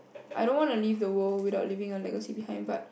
I don't want to leave the world without leaving a legacy behind but